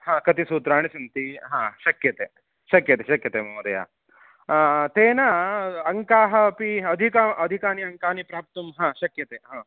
कति सूत्राणि सन्ति शक्यते शक्यते शक्यते महोदय तेन अङ्काः अपि अधिका अधिकाः अङ्काः प्राप्तुं शक्यते